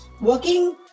working